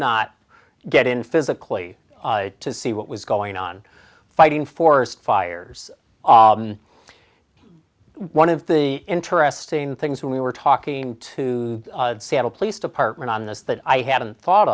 not get in physically to see what was going on fighting forest fires one of the interesting things when we were talking to the seattle police department on this that i